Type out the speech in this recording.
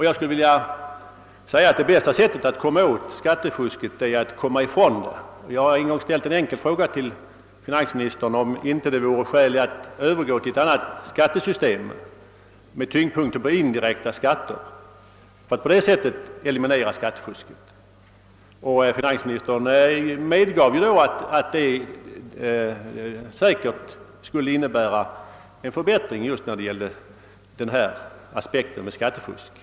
Jag skulle vilja säga att det bästa sättet att komma åt skattefusket är att komma ifrån det. Jag har en gång ställt en enkel fråga till finansministern om det inte vore skäl att övergå till ett annat skattesystem med tyngdpunkten på indirekta skatter för att på det sättet eliminera skattefusket. Finansministern medgav då att det säkert skulle innebära en förbättring just i fråga om aspekten på skattefusk.